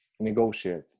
Negotiate